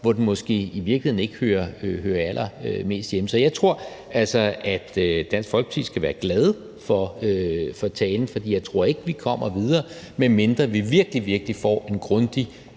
hvor den måske i virkeligheden ikke hører allermest hjemme. Så jeg tror altså, at Dansk Folkeparti skal være glade for talen, for jeg tror ikke, vi kommer videre, medmindre vi virkelig, virkelig får en grundig